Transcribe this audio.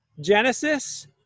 Genesis